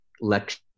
lecture